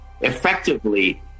effectively